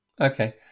Okay